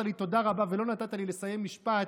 לי "תודה רבה" ולא נתת לי לסיים משפט,